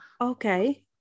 Okay